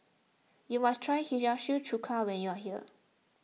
you must try Hiyashi Chuka when you are here